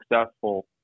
successful